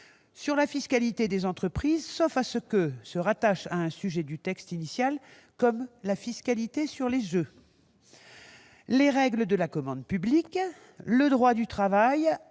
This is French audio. -, la fiscalité des entreprises- sauf si la disposition se rattache à un sujet du texte initial, comme la fiscalité sur les jeux -, les règles de la commande publique, le droit du travail-